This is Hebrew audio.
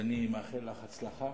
ואני מאחל לך הצלחה.